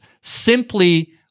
simply